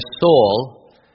soul